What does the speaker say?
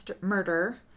murder